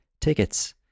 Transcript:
tickets